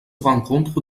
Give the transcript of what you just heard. rencontre